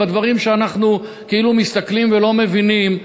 בדברים שאנחנו כאילו מסתכלים ולא מבינים,